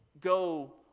Go